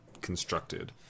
constructed